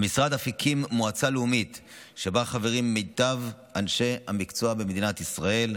המשרד אף הקים מועצה לאומית שבה חברים מיטב אנשי המקצוע במדינת ישראל,